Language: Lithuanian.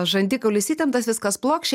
žandikaulis įtemtas viskas plokščia